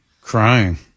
Crying